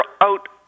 out